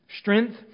Strength